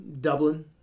Dublin